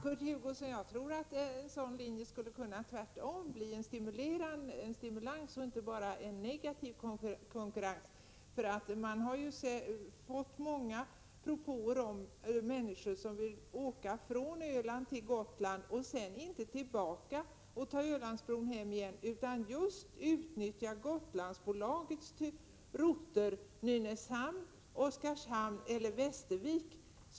Herr talman! Jag tror tvärtom att en sådan linje skulle kunna bli en stimulans och inte bara en negativ konkurrens, Kurt Hugosson. Man har fått propåer från många människor som vill åka från Öland till Gotland och sedan inte samma väg tillbaka och ta Ölandsbron hem igen utan som vill utnyttja Gotlandsbolagets router till Nynäshamn, Oskarshamn eller Västervik.